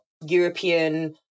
European